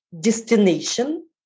destination